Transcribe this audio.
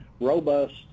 robust